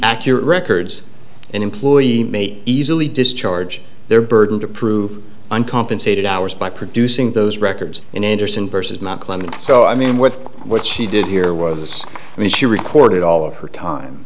accurate records an employee may easily discharge their burden to prove uncompensated hours by producing those records in anderson versus not clinton so i mean with what she did here was i mean she recorded all of her